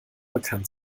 bekannt